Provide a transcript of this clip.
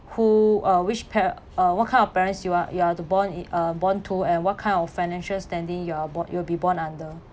who uh which pa~ uh what kind of parents you are you are the born uh born to and what kind of financial standing you are about you will be born under